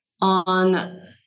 on